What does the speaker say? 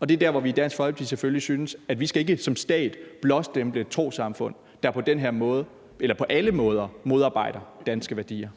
og det er der, hvor vi i Dansk Folkeparti selvfølgelig synes, at vi ikke som stat skal blåstemple trossamfund, der på alle måder modarbejder danske værdier.